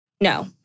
no